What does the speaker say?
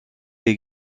les